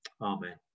Amen